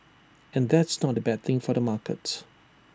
and that's not A bad thing for the market